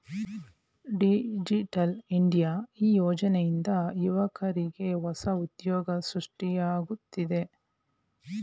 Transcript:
digital India ಈ ಯೋಜನೆಯಿಂದ ಯುವಕ್ರಿಗೆ ಹೊಸ ಉದ್ಯೋಗ ಸೃಷ್ಟಿಯಾಗುತ್ತಿದೆ